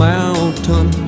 Mountain